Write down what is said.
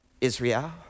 Israel